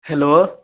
hello